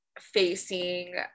facing